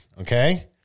Okay